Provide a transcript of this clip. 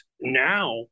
now